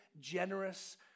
generous